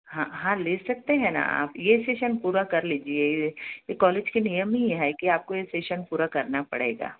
हाँ हाँ ले सकते हैं न आप यह सेशन पूरा कर लीजिए ये कॉलेज का नियम ही है कि आपको ये सेशन पूरा करना पड़ेंगा